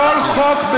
כל חוק,